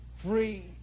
Free